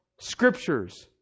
scriptures